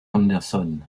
henderson